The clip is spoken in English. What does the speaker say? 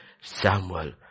Samuel